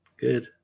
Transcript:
Good